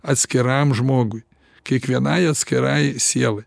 atskiram žmogui kiekvienai atskirai sielai